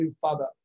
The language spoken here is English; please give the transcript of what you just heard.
Father